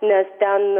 nes ten